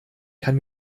kann